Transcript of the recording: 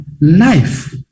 life